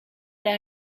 that